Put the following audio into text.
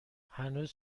هنوز